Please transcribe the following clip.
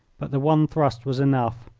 but the one thrust was enough.